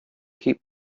keep